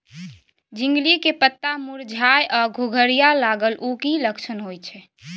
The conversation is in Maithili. झिंगली के पत्ता मुरझाय आ घुघरीया लागल उ कि लक्षण होय छै?